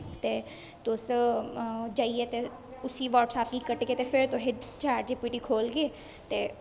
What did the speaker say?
तुस जाइयै ते उस्सी बट्सऐप गी कड्ढियै ते फिर तुसें चैट जी पी टी खोलगे ते